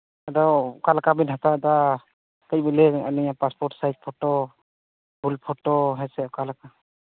ᱟᱫᱚ ᱚᱠᱟᱞᱮᱠᱟᱵᱮᱱ ᱦᱟᱛᱟᱣᱮᱫᱟ ᱠᱟᱹᱡ ᱵᱮᱱ ᱞᱟᱹᱭᱧᱚᱜ ᱟᱹᱞᱤᱧᱟ passport size photo full photo ᱦᱮᱸ ᱥᱮ ᱚᱠᱟᱞᱮᱠᱟ